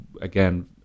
again